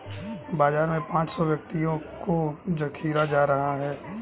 बाजार में पांच सौ व्यक्तियों का जखीरा जा रहा है